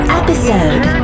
episode